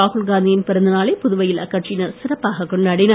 ராகுல்காந்தியின் பிறந்த நாளை புதுவையில் அக்கட்சியினர் சிறப்பாக கொண்டாடினர்